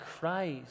Christ